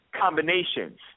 combinations